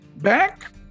back